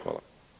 Hvala.